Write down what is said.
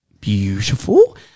beautiful